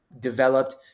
developed